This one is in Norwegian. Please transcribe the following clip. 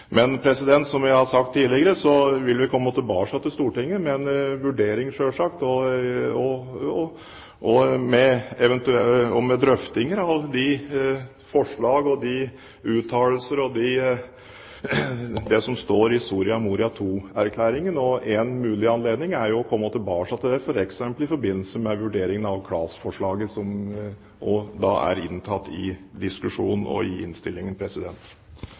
Men som jeg har sagt tidligere, vil vi komme tilbake til Stortinget med en vurdering, selvsagt, og med drøftinger av forslag og uttalelser og det som står i Soria Moria II-erklæringen. En mulig anledning til å komme tilbake til det er f.eks. i forbindelse med vurderingen av KLAS-forslaget, som også er inntatt i diskusjonen og i innstillingen.